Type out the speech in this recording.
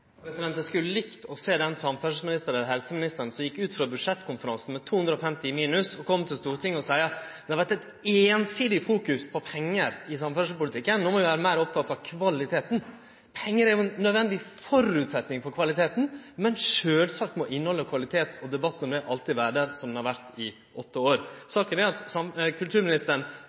Eg skulle likt å sjå den samferdselsministeren – eller helseministeren – som gjekk ut frå budsjettkonferansen med 250 i minus og kom til Stortinget og sa at det har vore ei einsidig fokusering på pengar i samferdselspolitikken, no må vi vere opptekne av kvaliteten. Pengar er ein nødvendig føresetnad for kvaliteten, men sjølvsagt må debatten om innhald og kvalitet alltid vere der, som han har vore i åtte år. Saka er at kulturministeren